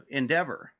endeavor